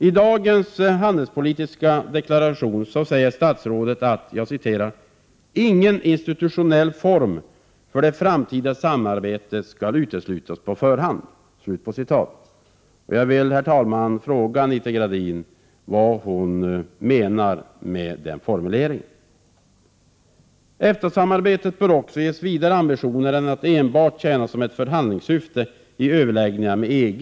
I dagens handelspolitiska deklaration säger statsrådet att ”ingen institutionell form för det framtida samarbetet skall uteslutas på förhand”. Jag vill fråga Anita Gradin vad hon menar med den formuleringen. EFTA-samarbetet bör också ges vidare ambitioner än att enbart tjäna ett förhandlingssyfte i överläggningarna med EG.